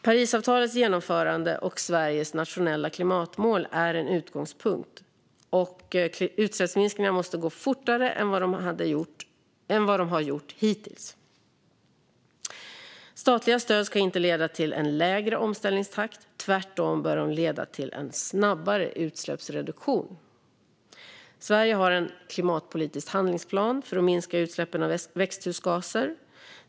Parisavtalets genomförande och Sveriges nationella klimatmål är en utgångspunkt, och utsläppsminskningarna måste gå fortare än vad de har gjort hittills. Statliga stöd ska inte leda till en lägre omställningstakt; tvärtom bör de leda till en snabbare utsläppsreduktion. Sverige har en klimatpolitisk handlingsplan för att minska utsläppen av växthusgaser.